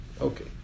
Okay